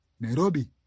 Nairobi